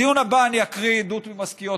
בדיון הבא אקרא עדות ממשכיות.